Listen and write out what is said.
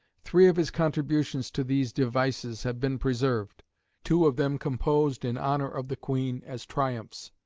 three of his contributions to these devices have been preserved two of them composed in honour of the queen, as triumphs,